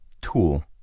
tool